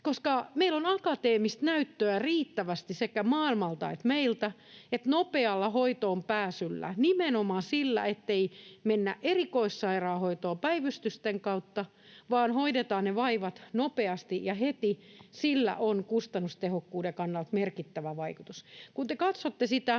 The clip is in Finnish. koska meillä on akateemista näyttöä riittävästi sekä maailmalta että meiltä, että nopealla hoitoonpääsyllä, nimenomaan sillä, ettei mennä erikoissairaanhoitoon päivystysten kautta vaan hoidetaan ne vaivat nopeasti ja heti, on kustannustehokkuuden kannalta merkittävä vaikutus. Kun te katsotte sitä